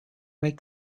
make